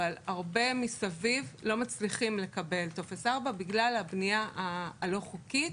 אבל הרבה מסביב לא מצליחים לקבל טופס 4 בגלל הבנייה הלא חוקית,